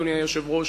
אדוני היושב-ראש,